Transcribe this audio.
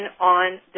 on